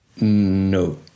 No